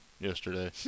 yesterday